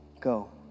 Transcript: go